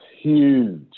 huge